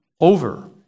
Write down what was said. over